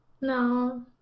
No